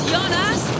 Jonas